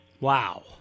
Wow